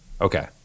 Okay